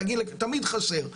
תמיד חסר.